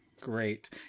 Great